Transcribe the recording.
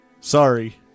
Sorry